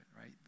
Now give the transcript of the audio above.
right